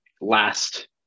last